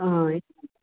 oh